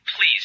Please